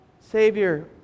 Savior